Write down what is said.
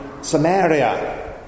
Samaria